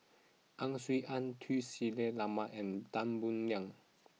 Ang Swee Aun Tun Sri Lanang and Tan Boo Liat